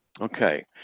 Okay